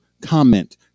comment